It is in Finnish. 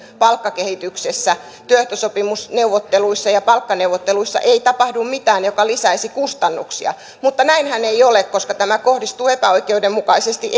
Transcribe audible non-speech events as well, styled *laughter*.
palkkakehityksessä työehtosopimusneuvotteluissa ja palkkaneuvotteluissa ei tapahdu mitään mikä lisäisi kustannuksia mutta näinhän ei ole koska tämä kohdistuu epäoikeudenmukaisesti *unintelligible*